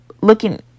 looking